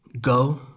go